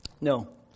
No